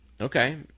Okay